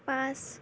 পাঁচ